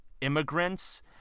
immigrants